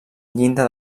llinda